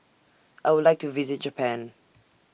I Would like to visit Japan